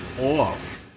off